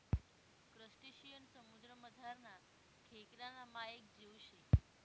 crustacean समुद्रमझारना खेकडाना मायेक जीव शे